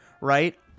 right